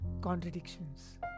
contradictions